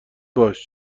باش